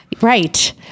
Right